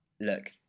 look